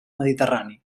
mediterrani